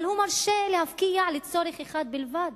אבל הוא מרשה להפקיע לצורך אחד בלבד,